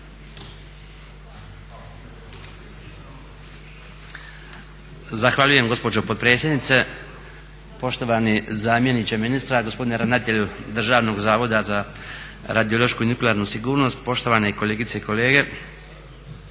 Zahvaljujem gospođo potpredsjednice, poštovani zamjeniče ministra, gospodine ravnatelju Državnog zavoda za radiološku i nuklearnu sigurnost, poštovane kolegice i kolege.